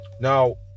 Now